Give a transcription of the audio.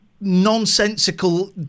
nonsensical